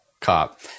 cop